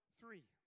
three